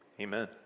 Amen